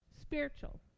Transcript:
Spiritual